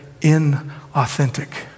inauthentic